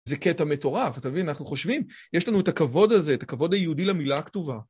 זה קטע מטורף, אתה מבין? אנחנו חושבים, יש לנו את הכבוד הזה, את הכבוד היהודי למילה הכתובה.